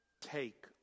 Take